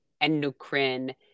endocrine